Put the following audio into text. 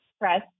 press